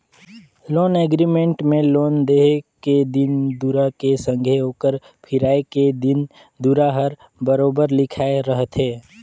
loan agreement में loan देहे के दिन दुरा के संघे ओकर फिराए के दिन दुरा हर बरोबेर लिखाए रहथे